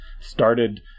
started